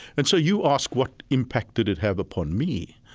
and so you ask what impact did it have upon me.